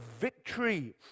victory